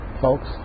folks